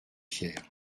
pierres